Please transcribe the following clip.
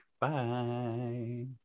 Bye